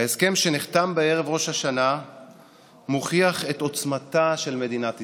ההסכם שנחתם בערב ראש השנה מוכיח את עוצמתה של מדינת ישראל.